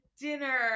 dinner